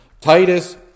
Titus